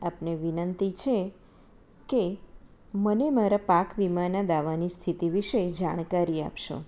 આપને વિનંતી છે કે મને મારા પાક વીમાના દાવાની સ્થિતિ વિષે જાણકારી આપશો